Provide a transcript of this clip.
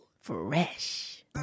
Fresh